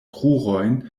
krurojn